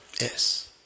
Yes